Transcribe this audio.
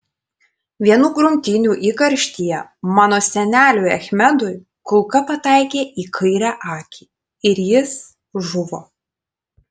vienų grumtynių įkarštyje mano seneliui achmedui kulka pataikė į kairę akį ir jis žuvo